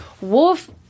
Wolf